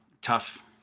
tough